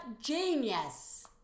genius